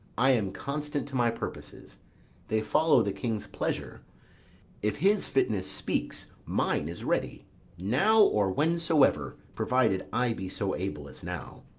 i am constant to my purposes they follow the king's pleasure if his fitness speaks, mine is ready now or whensoever, provided i be so able as now.